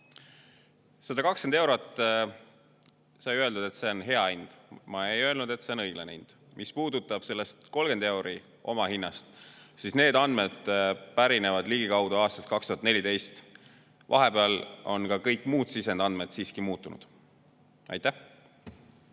120 euro kohta sai öeldud, et see on hea hind. Ma ei öelnud, et see on õiglane hind. Mis puudutab seda 30 euri omahinnast, siis need andmed pärinevad ligikaudu aastast 2014. Vahepeal on ka kõik muud sisendandmed siiski muutunud. 120